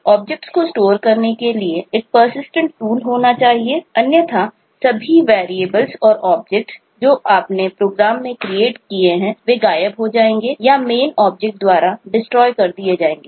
objects को store करने के लिए एक पर्सिस्टेंटस टूल होना चाहिए अन्यथा सभी वैरियेबल्स और ऑब्जेक्ट जो आपने प्रोग्राम में क्रिएट किए थे वे गायब हो जाएंगे या मैन ऑब्जेक्ट द्वारा डिस्ट्रॉय कर दिए जाएंगे